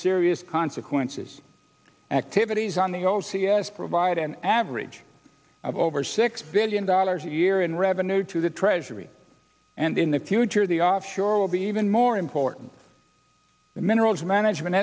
serious consequences activities on the o c s provide an average of over six billion dollars a year in revenue to the treasury and in the future the offshore will be even more important the minerals management